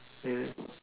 the